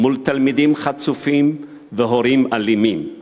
מול תלמידים חצופים והורים אלימים,